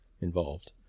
involved